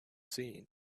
seen